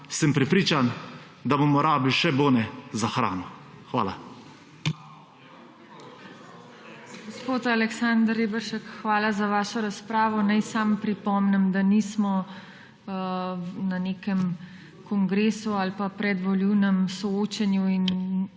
sem prepričan, da bomo rabili še bone za hrano. Hvala.